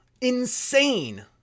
Insane